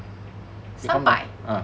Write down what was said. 三百